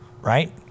right